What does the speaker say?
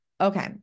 Okay